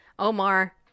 Omar